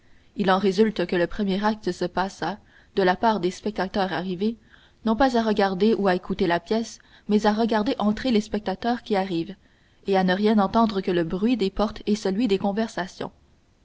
il en résulte que le premier acte se passe de la part des spectateurs arrivés non pas à regarder ou à écouter la pièce mais à regarder entrer les spectateurs qui arrivent et à ne rien entendre que le bruit des portes et celui des conversations